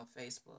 Facebook